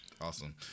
Awesome